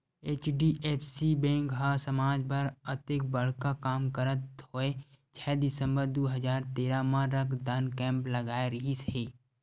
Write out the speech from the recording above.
HDFC bank ह समाज बर अतेक बड़का काम करत होय छै दिसंबर दू हजार तेरा म रक्तदान कैम्प लगाय रिहिस हे